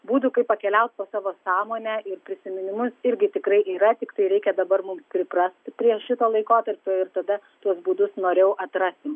būdų kaip pakeliaut po savo sąmonę ir prisiminimus irgi tikrai yra tiktai reikia dabar mums priprasti prie šito laikotarpio ir tada tuos būdus noriau atrasim